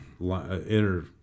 inner